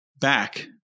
back